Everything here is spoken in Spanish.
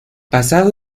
basado